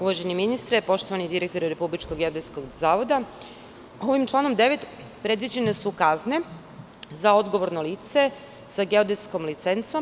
Uvaženi ministre, poštovani direktore Republičkog geodetskog zavoda, ovim članom 9. predviđene su kazne za odgovorno lice sa geodetskom licencom.